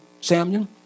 Samuel